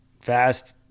fast